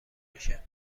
میشه